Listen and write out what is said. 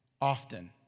Often